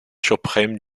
suprême